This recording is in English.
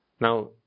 Now